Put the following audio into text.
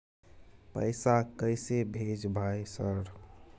पैसा कैसे भेज भाई सर?